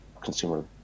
consumer